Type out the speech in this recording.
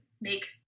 make